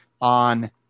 on